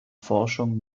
forschung